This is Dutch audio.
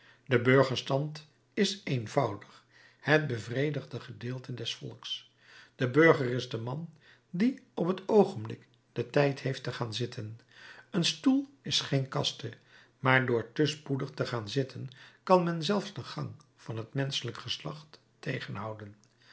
de burgerstand is eenvoudig het bevredigde gedeelte des volks de burger is de man die op t oogenblik den tijd heeft te gaan zitten een stoel is geen kaste maar door te spoedig te gaan zitten kan men zelfs den gang van het menschelijk geslacht tegenhouden